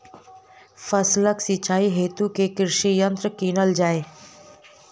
फसलक सिंचाई हेतु केँ कृषि यंत्र कीनल जाए?